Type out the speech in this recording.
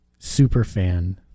superfan